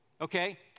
okay